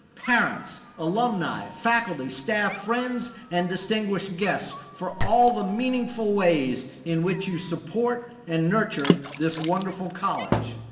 parents, alumni, faculty, staff, friends and distinguished guests for all the meaningful ways in which you support and nurture this wonderful college.